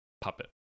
Puppet